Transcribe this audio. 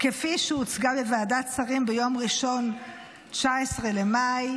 כפי שהוצגה בוועדת שרים ביום ראשון 19 במאי,